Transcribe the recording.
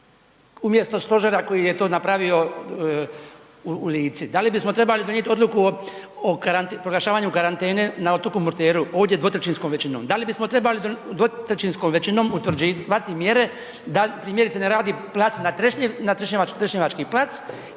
umjesto stožera koji je to napravio u Lici? Da li bismo trebali donijeti odluku o proglašavanje karantene na otoku Murteru ovdje dvotrećinskom većinom? Da li bismo trebali dvotrećinskom većinom utvrđivati mjere primjerice da ne radi Trešnjevački plac